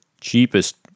cheapest